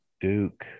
Duke